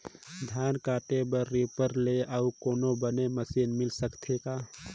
धान काटे बर रीपर ले अउ कोनो बने मशीन मिल सकथे का?